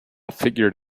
figured